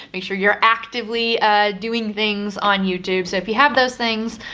make sure you're actively doing things on youtube. so if you have those things,